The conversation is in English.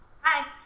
Hi